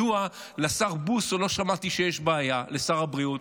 מדוע לשר בוסו לא שמעתי שיש בעיה, לשר הבריאות?